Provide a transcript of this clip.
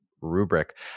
rubric